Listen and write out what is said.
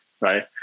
right